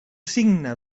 signe